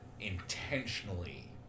intentionally